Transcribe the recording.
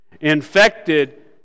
infected